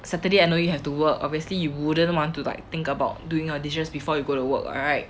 saturday I know you have to work obviously you wouldn't want to like think about doing your dishes before you go to work right